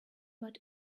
but